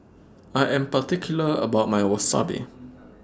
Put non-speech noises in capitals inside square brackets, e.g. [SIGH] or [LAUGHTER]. I Am particular about My Wasabi [NOISE]